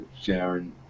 Sharon